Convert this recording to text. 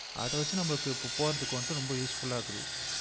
அதை வைச்சு நம்மளுக்கு இப்போ போகிறதுக்கு வந்துட்டு ரொம்ப யூஸ்ஃபுல்லாக இருக்குது